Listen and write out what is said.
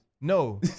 No